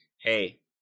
hey